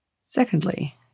Secondly